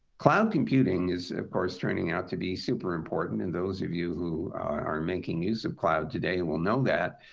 cloud computing is, of course, turning out to be super important. and those of you who are making use of cloud today will know that.